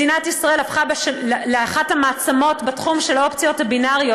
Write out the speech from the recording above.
מדינת ישראל הפכה לאחת המעצמות בתחום האופציות הבינאריות.